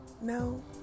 no